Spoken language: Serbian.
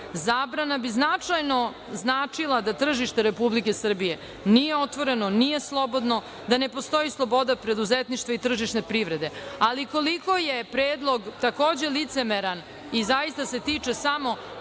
Zabrana bi značajno značila da tržište Republike Srbije nije otvoreno, nije slobodno, da ne postoji sloboda preduzetništva i tržišne privrede, ali koliko je predlog takođe licemeran i zaista se tiče samo